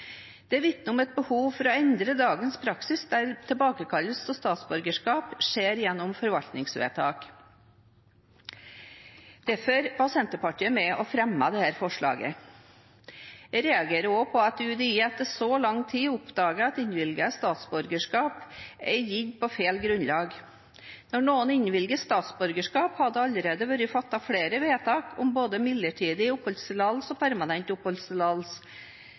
skjer gjennom forvaltningsvedtak. Derfor var Senterpartiet med på å fremme dette forslaget. Jeg reagerer også på at UDI etter så lang tid oppdaget at innvilget statsborgerskap er gitt på feil grunnlag. Når noen innvilger statsborgerskap, har det allerede vært fattet flere vedtak om både midlertidig oppholdstillatelse og permanent